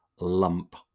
lump